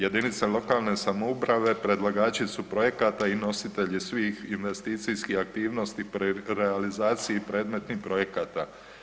Jedinice lokalne samouprave predlagači su projekata i nositelji svih investicijskih aktivnosti pri realizaciji predmetnih projekata.